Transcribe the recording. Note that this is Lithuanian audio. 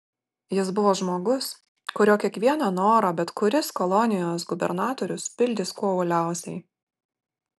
jis buvo žmogus kurio kiekvieną norą bet kuris kolonijos gubernatorius pildys kuo uoliausiai